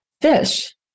Fish